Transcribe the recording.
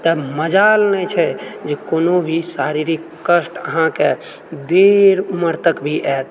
तऽ मजाल नहि छै जे कोनो भी शारीरिक कष्ट अहाँके देर उमर तक भी आएत